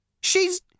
She's